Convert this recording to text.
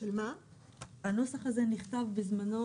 הנוסח הזה נכתב בזמנו,